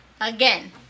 again